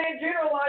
generalize